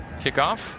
Kickoff